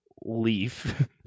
leaf